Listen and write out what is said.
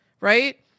right